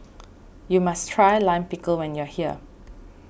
you must try Lime Pickle when you are here